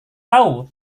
tahu